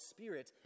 Spirit